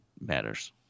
matters